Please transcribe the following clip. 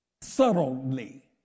subtly